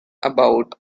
about